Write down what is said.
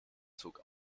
zog